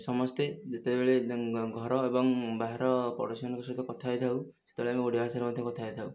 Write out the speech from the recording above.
ସମସ୍ତେ ଯେତେବେଳେ ଘର ଏବଂ ବାହାର ପଡ଼ୋଶୀମାନଙ୍କ ସହିତ କଥା ହୋଇଥାଉ ସେତେବେଳେ ଆମେ ଓଡ଼ିଆ ଭାଷାରେ ମଧ୍ୟ କଥା ହୋଇଥାଉ